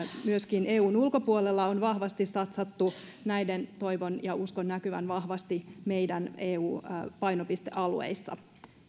myöskin eun ulkopuolella on vahvasti satsattu näiden toivon ja uskon näkyvän vahvasti meidän eu painopistealueissa